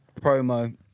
promo